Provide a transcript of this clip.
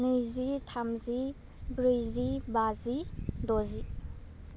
नैजि थामजि ब्रैजि बाजि द'जि